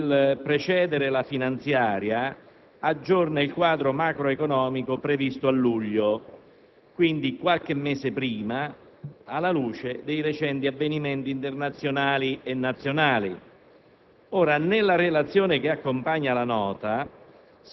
la Nota di aggiornamento al DPEF, nel precedere la finanziaria, aggiorna il quadro macroeconomico previsto a luglio, quindi qualche mese prima, alla luce dei recenti avvenimenti internazionali e nazionali.